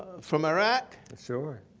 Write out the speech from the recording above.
from iraq. sure.